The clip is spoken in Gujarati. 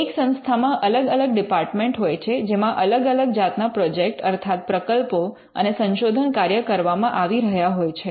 એક સંસ્થામાં અલગ અલગ ડિપાર્ટમેન્ટ હોય છે જેમાં અલગ અલગ જાતના પ્રોજેક્ટ અર્થાત પ્રકલ્પો અને સંશોધન કાર્ય કરવામાં આવી રહ્યા હોય છે